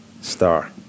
Star